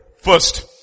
first